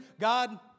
God